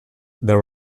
there